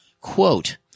quote